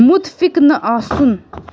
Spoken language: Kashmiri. مُتفِق نہٕ آسُن